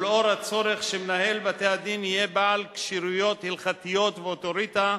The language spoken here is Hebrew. ולאור הצורך שמנהל בתי-הדין יהיה בעל כשירויות הלכתיות ואוטוריטה,